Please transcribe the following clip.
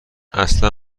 اصلا